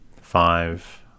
five